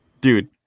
dude